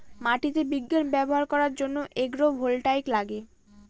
মাটিতে বিজ্ঞান ব্যবহার করার জন্য এগ্রো ভোল্টাইক লাগে